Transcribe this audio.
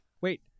Wait